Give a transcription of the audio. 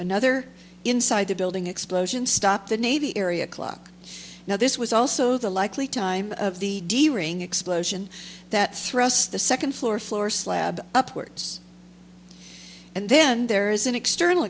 another inside the building explosions stop the navy area clock now this was also the likely time of the d ring explosion that thrust the second floor floor slab upwards and then there is an external